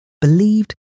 believed